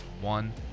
one